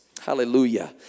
Hallelujah